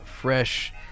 fresh